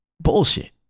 bullshit